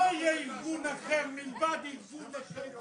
לא יהיה ארגון אחר מלבד ארגון נכי צה"ל.